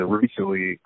recently